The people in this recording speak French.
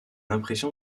impression